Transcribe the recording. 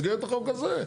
במסגרת החוק הזה.